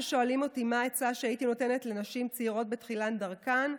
כששואלים אותי מה העצה שהייתי נותנת לנשים צעירות בתחילת דרכן,